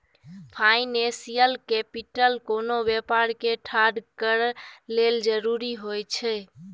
financial capital कोनो व्यापार के ठाढ़ करए लेल जरूरी होइ छइ